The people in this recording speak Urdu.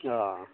ہاں